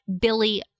Billy